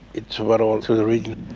it's right all through the region.